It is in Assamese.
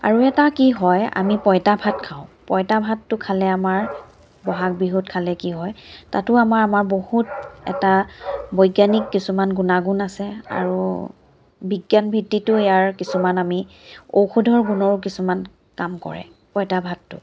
আৰু এটা কি হয় আমি পঁইতা ভাত খাওঁ পঁইতা ভাতটো খালে আমাৰ বহাগ বিহুত খালে কি হয় তাতো আমাৰ আমাৰ বহুত এটা বৈজ্ঞানিক কিছুমান গুণাগুণ আছে আৰু বিজ্ঞান ভিত্তিটো ইয়াৰ কিছুমান আমি ঔষধৰ গুণৰ কিছুমান কাম কৰে পঁইতা ভাতটো